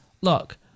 look